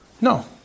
No